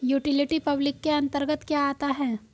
Utility public के अंतर्गत क्या आता है?